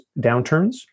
downturns